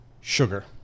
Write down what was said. Sugar